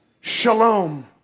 Shalom